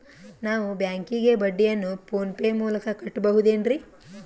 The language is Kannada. ನಾವು ಬ್ಯಾಂಕಿಗೆ ಬಡ್ಡಿಯನ್ನು ಫೋನ್ ಪೇ ಮೂಲಕ ಕಟ್ಟಬಹುದೇನ್ರಿ?